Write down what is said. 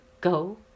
go